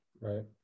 Right